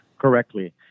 correctly